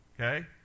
okay